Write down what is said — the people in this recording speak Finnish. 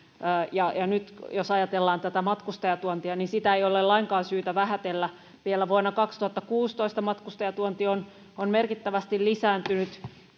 ja ja nyt jos ajatellaan tätä matkustajatuontia niin sitä ei ole lainkaan syytä vähätellä vielä vuonna kaksituhattakuusitoista matkustajatuonti on on merkittävästi